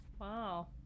Wow